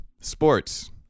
sports